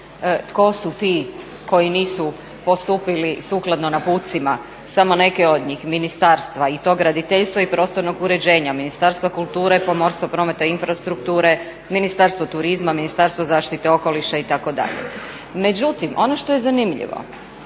tko su ti koji nisu postupili sukladno napucima, samo neke od njih, Ministarstva i to graditeljstva i prostornog uređenja, Ministarstva kulture, pomorstva i infrastrukture, Ministarstvo turizma, Ministarstvo zaštite okoliša itd. Međutim ono što je zanimljivo,